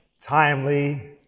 timely